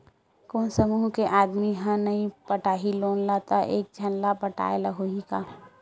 कोन समूह के आदमी हा नई पटाही लोन ला का एक झन ला पटाय ला होही का?